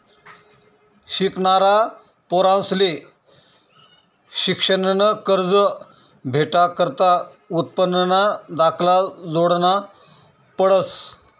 शिकनारा पोरंसले शिक्शननं कर्ज भेटाकरता उत्पन्नना दाखला जोडना पडस